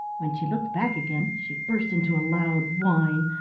when she looked back again she burst into a loud whine.